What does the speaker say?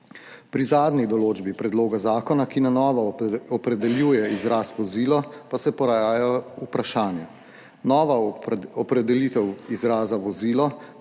Pri zadnji določbi predloga zakona, ki na novo opredeljuje izraz vozilo, pa se porajajo vprašanja. Nova opredelitev izraza vozilo